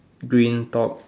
green top